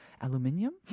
aluminium